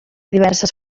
diverses